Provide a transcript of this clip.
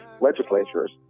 legislatures